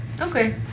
Okay